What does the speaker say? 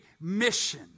mission